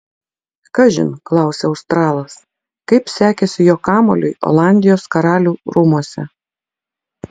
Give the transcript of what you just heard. kažin klausia australas kaip sekėsi jo kamuoliui olandijos karalių rūmuose